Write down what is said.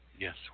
Yes